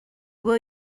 will